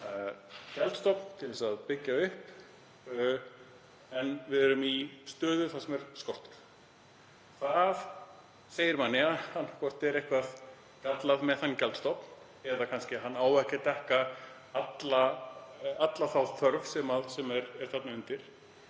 gjaldstofn til að byggja upp en við erum í stöðu þar sem er skortur. Það segir manni að annaðhvort er eitthvað gallað við þennan gjaldstofn eða að hann á kannski ekki að dekka alla þá þörf sem er þarna undir.